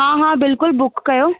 हा हा बिल्कुलु बुक कयो